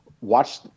Watch